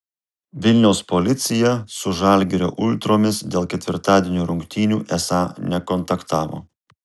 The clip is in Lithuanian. vilniaus policija su žalgirio ultromis dėl ketvirtadienio rungtynių esą nekontaktavo